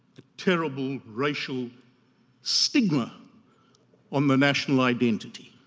a terrible racial stigma on the national identity.